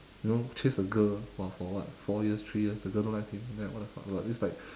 you know chase a girl !wah! for what four years three years the girl don't like him and then what the fuck but this is like